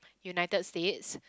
United States